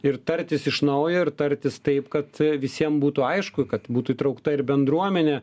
ir tartis iš naujo ir tartis taip kad visiem būtų aišku kad būtų įtraukta ir bendruomenė